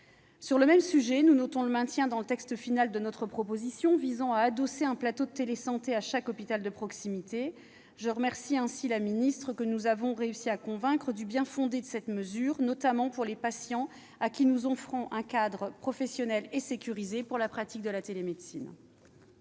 Sur le même sujet, nous notons le maintien dans le texte final de notre proposition visant à adosser un plateau de télésanté à chaque hôpital de proximité. Je remercie ainsi la ministre, que nous avons réussi à convaincre du bien-fondé de cette mesure, notamment pour les patients à qui nous offrons un cadre professionnel et sécurisé pour la pratique de la télémédecine.